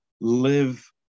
live